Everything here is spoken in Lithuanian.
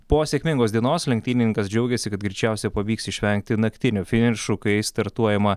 po sėkmingos dienos lenktynininkas džiaugėsi kad greičiausia pavyks išvengti naktinio finišų kai startuojama